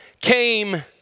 came